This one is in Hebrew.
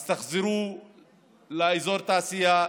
אז תחזרו לאזור התעשייה,